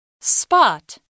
Spot